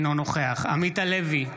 אינו נוכח עמית הלוי,